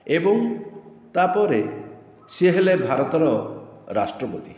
ଏବଂ ତାପରେ ସିଏ ହେଲେ ଭାରତର ରାଷ୍ଟ୍ରପତି